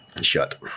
shut